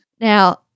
Now